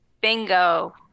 bingo